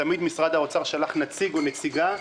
תמיד משרד האוצר שלח נציג או נציגה,